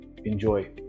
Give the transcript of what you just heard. Enjoy